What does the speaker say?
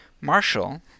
Marshall